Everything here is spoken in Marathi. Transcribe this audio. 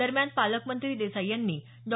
दरम्यान पालकमंत्री देसाई यांनी डॉ